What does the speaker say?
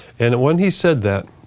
and when he said that,